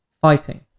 fighting